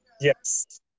Yes